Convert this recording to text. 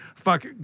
Fuck